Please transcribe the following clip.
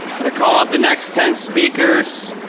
i'm gonna call up the next ten speakers.